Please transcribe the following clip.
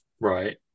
Right